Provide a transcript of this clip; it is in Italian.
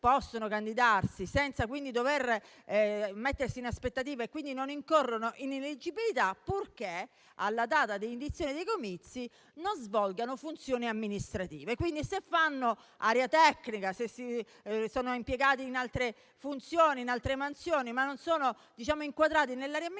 possono candidarsi senza doversi mettere in aspettativa e quindi non incorrono in ineleggibilità purché alla data di indizione dei comizi non svolgano funzioni amministrative. Quindi se lavorano nell'area tecnica, se sono impiegati in altre funzioni e mansioni ma non sono inquadrati nell'area amministrativa,